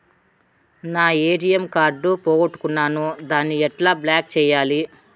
నా ATM card పోగొట్టుకున్నాను, దాన్ని ఎట్లా బ్లాక్ సేయాలి?